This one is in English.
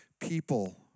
People